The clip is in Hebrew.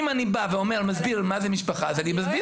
אם אני בא ומסביר מה זה משפחה, אז אני מסביר.